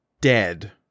dead